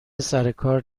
سرکار